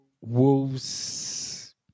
Wolves